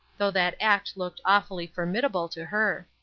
though that act looked awfully formidable to her.